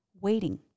waiting